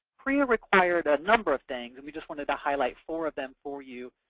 prea required a number of things, and we just wanted to highlight four of them for you.